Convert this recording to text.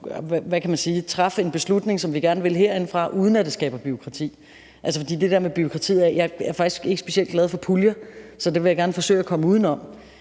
at træffe en beslutning, som vi gerne vil herindefra, uden at det skaber bureaukrati. Altså, jeg er faktisk ikke specielt glad for puljer, så det vil jeg gerne forsøge at komme uden om.